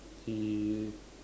he